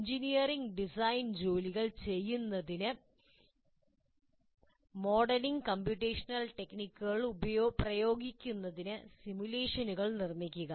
engineering design ജോലികൾ ചെയ്യുന്നതിന് modelling computational ടെക്നിക്കുകൾ പ്രയോഗിക്കുന്നതിന് സിമുലേഷനുകൾ നിർമ്മിക്കുക